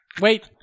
Wait